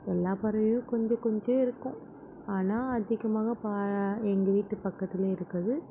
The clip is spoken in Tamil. எல்லா பறவையும் கொஞ்சம் கொஞ்சம் இருக்கும் ஆனால் அதிகமாக எங்கள் வீட்டு பக்கத்துலேயே இருக்கறது